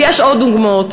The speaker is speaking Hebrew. ויש עוד דוגמאות.